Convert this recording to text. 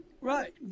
Right